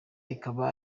ikaba